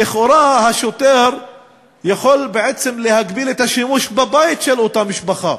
ולכאורה השוטר יכול בעצם להגביל את השימוש בבית של אותה משפחה.